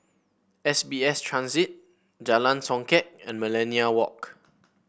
S B S Transit Jalan Songket and Millenia Walk